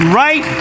right